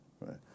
right